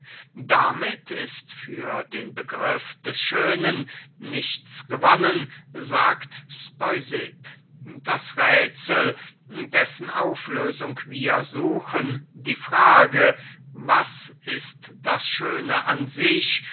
damit ist für den begriff des schönen nichts gewonnen sagt speusipp das räthsel dessen auflösung wir suchen die frage was ist das schöne an sich